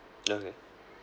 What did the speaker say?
okay